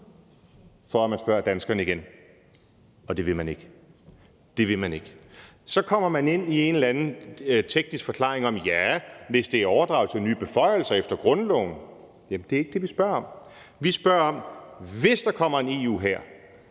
om, at man spørger danskerne igen. Og det vil man ikke – det vil man ikke. Så kommer man ind i en eller anden teknisk forklaring om, at ja, hvis det er overdragelse af nye beføjelser efter grundloven. Jamen det er ikke det, vi spørger om. Vi spørger om: Hvis der kommer en EU-hær,